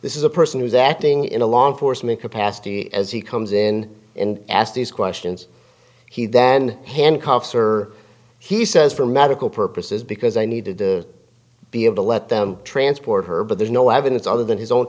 this is a person who is acting in a long foresman capacity as he comes in and ask these questions he then handcuffs or he says for medical purposes because i need to be able to let them transport her but there's no evidence other than his own